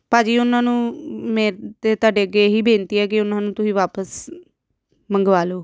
ਭਾਅ ਜੀ ਉਹਨਾਂ ਨੂੰ ਮੈਂ ਤੇ ਤੁਹਾਡੇ ਅੱਗੇ ਇਹੀ ਬੇਨਤੀ ਹੈ ਕਿ ਉਹਨਾਂ ਨੂੰ ਤੁਸੀਂ ਵਾਪਸ ਮੰਗਵਾ ਲਓ